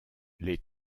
les